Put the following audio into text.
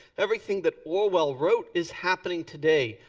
everything that orwell wrote is happening today.